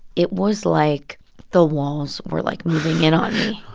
it was like the walls were, like, moving in on me.